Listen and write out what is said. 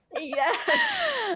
yes